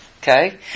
Okay